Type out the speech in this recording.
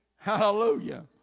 Hallelujah